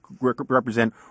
represent